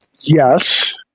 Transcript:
Yes